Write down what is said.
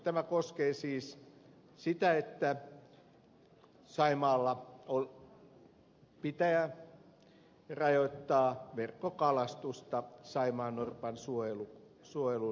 tämä koskee siis sitä että saimaalla pitää rajoittaa verkkokalastusta saimaannorpan suojelun hyväksi